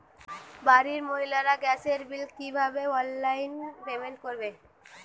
বাড়ির মহিলারা গ্যাসের বিল কি ভাবে অনলাইন পেমেন্ট করবে?